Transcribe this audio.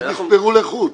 הם נספרו לחוד.